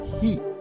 heat